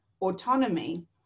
autonomy